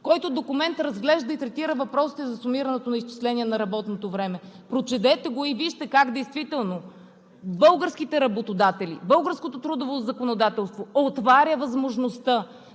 който разглежда и третира въпросите за сумираното изчисление на работното време. Прочетете го и вижте как действително българските работодатели, българското трудово законодателство отваря възможността